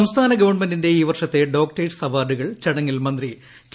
സംസ്ഥാന ഗവൺമെന്റിന്റെ ഈ വർഷത്തെ ഡോക്ടേഴ്സ് അവാർഡുകൾ ചടങ്ങിൽ മന്ത്രി കെ